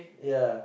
ya